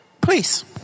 please